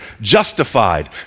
justified